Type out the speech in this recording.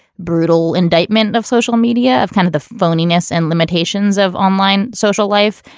brutal indictment of social media of kind of the phoniness and limitations of online social life,